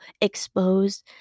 exposed